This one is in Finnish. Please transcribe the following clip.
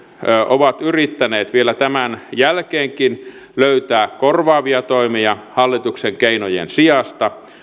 ovat yrittäneet vielä tämän jälkeenkin löytää korvaavia toimia hallituksen keinojen sijasta